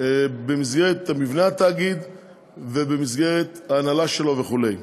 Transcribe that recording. במסגרת מבנה התאגיד ובמסגרת ההנהלה שלו וכו'.